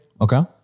Okay